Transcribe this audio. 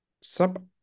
sub